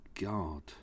God